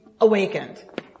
awakened